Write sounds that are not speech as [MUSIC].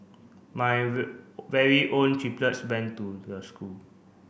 my [UNINTELLIGIBLE] very own triplets went to the school